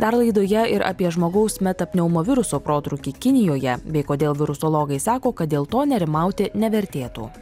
dar laidoje ir apie žmogaus meta pneumo viruso protrūkį kinijoje bei kodėl virusologai sako kad dėl to nerimauti nevertėtų